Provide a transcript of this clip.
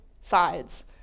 sides